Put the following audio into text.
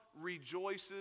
rejoices